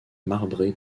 marbré